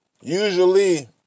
usually